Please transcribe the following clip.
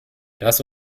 das